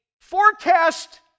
forecast